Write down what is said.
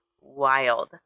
wild